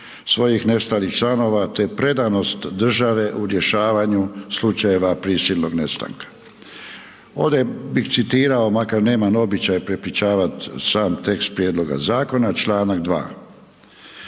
svojih nestalih članova, te predanost države u rješavanju slučajeva prisilnog nestanka. Ovdje bih citirao, makar nemam običaj prepričavati sam tekst prijedloga zakona, čl. 2.